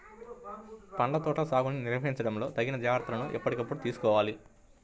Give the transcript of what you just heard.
పండ్ల తోటల సాగుని నిర్వహించడంలో తగిన జాగ్రత్తలను ఎప్పటికప్పుడు తీసుకోవాలి